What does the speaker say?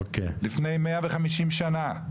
לפני מאה וחמישים שנה.